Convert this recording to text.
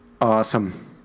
Awesome